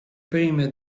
prime